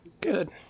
Good